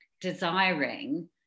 desiring